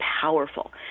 powerful